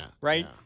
Right